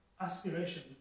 aspiration